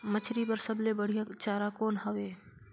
मछरी बर सबले बढ़िया चारा कौन हवय?